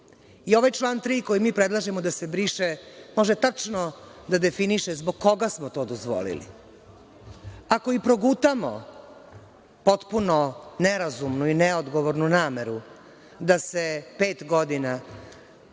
član 3. koji mi predlažemo da se briše može tačno da definiše zbog koga smo to dozvolili. Ako i progutamo potpuno nerazumnu i neodgovornu nameru da se pet godina,